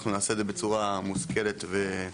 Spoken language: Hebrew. אנחנו נעשה את זה בצורה מושכלת ומדורגת.